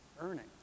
earning